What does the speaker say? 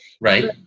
Right